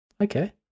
Okay